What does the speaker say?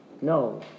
No